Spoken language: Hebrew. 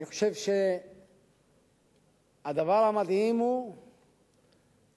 אני חושב שהדבר המדהים הוא שהאוכלוסייה,